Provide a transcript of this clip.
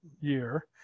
year